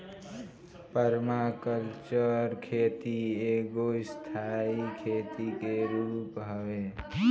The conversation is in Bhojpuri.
पर्माकल्चर खेती एगो स्थाई खेती के रूप हवे